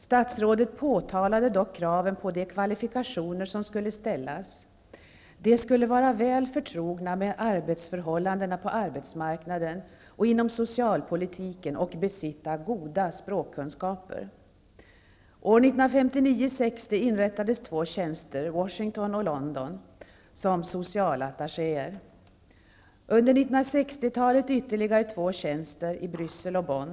Statsrådet påpekade vilka kvalifikationskrav som skulle ställas. De som kom i fråga skulle vara väl förtrogna med förhållandena på arbetsmarknaden och inom socialpolitiken samt besitta goda språkkunskaper. Under åren 1959 och 1960 inrättades två socialattachétjänster i Washington och London, och under 1960-talet inrättades ytterligare två tjänster i Bryssel och Bonn.